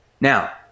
Now